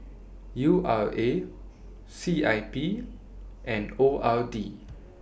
U R A C I P and O R D